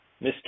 Mr